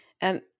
And-